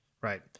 Right